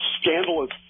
scandalous